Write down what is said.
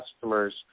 customers